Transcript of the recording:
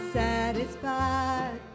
satisfied